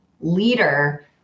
leader